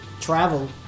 travel